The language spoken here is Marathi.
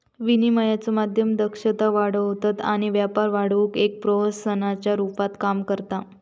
विनिमयाचे माध्यम दक्षता वाढवतत आणि व्यापार वाढवुक एक प्रोत्साहनाच्या रुपात काम करता